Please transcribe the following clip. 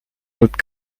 notre